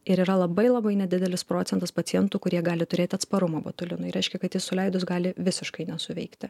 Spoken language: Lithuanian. ir yra labai labai nedidelis procentas pacientų kurie gali turėti atsparumą botulinui reiškia kad suleidus gali visiškai nesuveikti